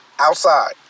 Outside